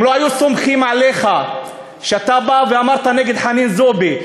אם לא היו סומכים עליך שאתה דיברת נגד חנין זועבי,